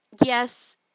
yes